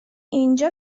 اینجا